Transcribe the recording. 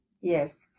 Yes